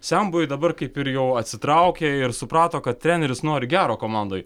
senbuviai dabar kaip ir jau atsitraukė ir suprato kad treneris nori gero komandai